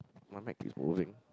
my mic keeps moving